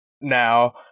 now